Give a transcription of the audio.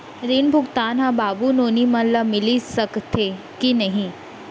ऋण भुगतान ह बाबू नोनी मन ला मिलिस सकथे की नहीं?